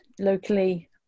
locally